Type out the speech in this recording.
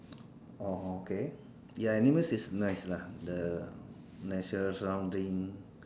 oh K ya animals is nice lah the natural surrounding